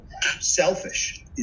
selfish